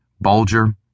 Bulger